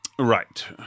Right